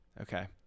Okay